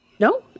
No